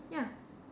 ya